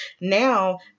Now